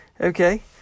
okay